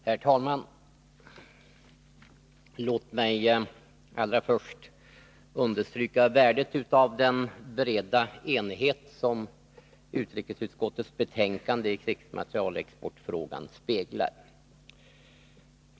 Herr talman! Låt mig allra först understryka värdet av den breda enighet som utrikesutskottets betänkande i krigsmaterielexportfrågan speglar.